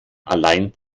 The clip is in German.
allein